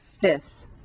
fifths